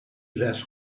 less